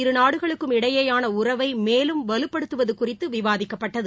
இரு நாடுகளுக்கும் இடையேயானஉறவைமேலும் வலுப்படுத்துவதுகுறித்துவிவாதிக்கப்பட்டது